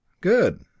Good